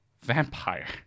vampire